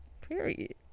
Period